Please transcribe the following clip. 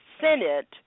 Senate